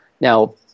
Now